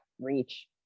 reach